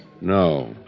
No